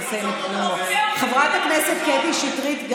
חברת הכנסת קטי שטרית,